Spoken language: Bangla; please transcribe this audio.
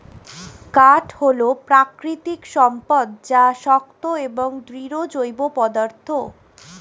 কাঠ হল প্রাকৃতিক সম্পদ যা শক্ত এবং দৃঢ় জৈব পদার্থ